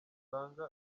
asanga